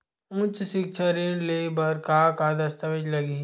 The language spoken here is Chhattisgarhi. उच्च सिक्छा ऋण ले बर का का दस्तावेज लगही?